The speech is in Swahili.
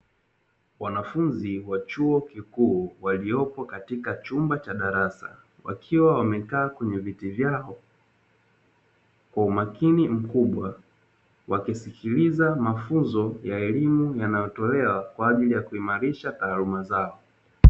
Wanafunzi wa chuo kikuu waliyopo katika chumba cha darasa, wakiwa wamekaa kwenye viti vyao kwa umakini mkubwa, wakisikiliza mafunzo ya elimu yanayotolewa kwa ajili ya kuimarisha taaluma zao.